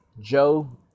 Joe